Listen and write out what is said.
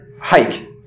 hike